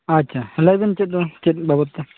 ᱟᱪᱪᱷᱟ ᱦᱮᱸ ᱞᱟᱹᱭᱵᱮᱱ ᱪᱮᱫ ᱫᱚ ᱪᱮᱫ ᱵᱟᱵᱚᱫ ᱛᱮ